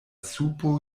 supo